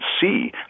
see